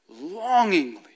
longingly